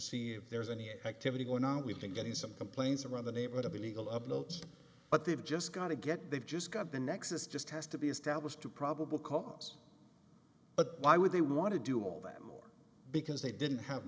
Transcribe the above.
see if there's any activity going on we've been getting some complaints around the neighborhood of illegal uploads but they've just got to get they've just got the nexus just has to be established to probable cause but why would they want to do all that more because they didn't have